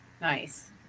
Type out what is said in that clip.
Nice